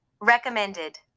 Recommended